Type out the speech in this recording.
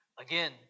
again